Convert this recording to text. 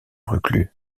reclus